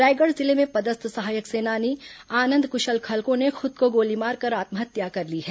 रायगढ़ जिले में पदस्थ सहायक सेनानी आनंद कुशल खलको ने खुद को गोली मारकर आत्महत्या कर ली है